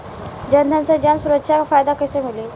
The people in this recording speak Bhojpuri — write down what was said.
जनधन से जन सुरक्षा के फायदा कैसे मिली?